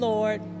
Lord